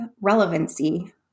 relevancy